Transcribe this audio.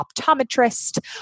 optometrist